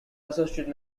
associate